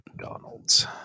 McDonalds